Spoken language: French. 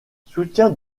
soutien